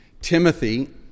Timothy